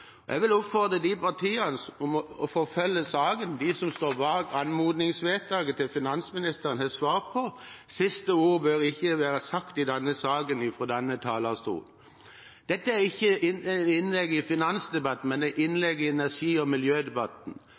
Jeg vil oppfordre de partiene som står bak anmodningsvedtaket til finansministeren, om å forfølge saken. Siste ord bør ikke være sagt i denne saken fra denne talerstol. Dette er ikke et innlegg i finansdebatten, men et innlegg i energi- og miljødebatten.